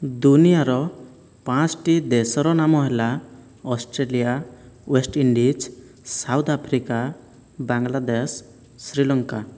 ଦୁନିଆର ପାଞ୍ଚ୍ଟି ଦେଶର ନାମ ହେଲା Australia West Indies South Africa Bangladesh Sri Lanka